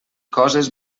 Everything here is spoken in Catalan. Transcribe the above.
coses